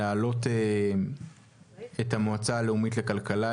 אני רוצה להעלות את המועצה הלאומית לכלכלה,